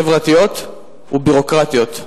חברתיות וביורוקרטיות.